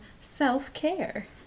self-care